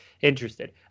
interested